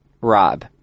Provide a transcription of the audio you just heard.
Rob